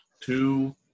two